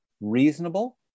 reasonable